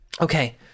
Okay